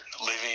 living